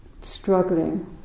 struggling